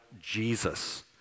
Jesus